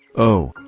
oh,